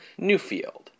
Newfield